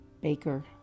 baker